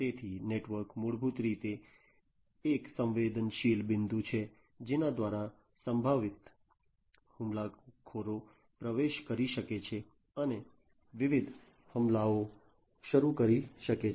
તેથી નેટવર્ક મૂળભૂત રીતે એક સંવેદનશીલ બિંદુ છે જેના દ્વારા સંભવિત હુમલાખોરો પ્રવેશ કરી શકે છે અને વિવિધ હુમલાઓ શરૂ કરી શકે છે